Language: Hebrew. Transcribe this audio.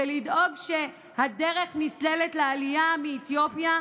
ולדאוג שהדרך נסללת לעלייה מאתיופיה,